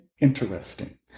interesting